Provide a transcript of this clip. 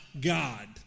God